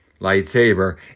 lightsaber